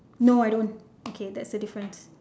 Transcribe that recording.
no I don't okay that's the difference